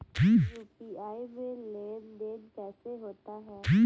UPI में लेनदेन कैसे होता है?